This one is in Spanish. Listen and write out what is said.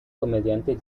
comediante